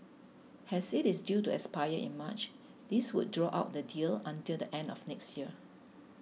as it is due to expire in March this would draw out the deal until the end of next year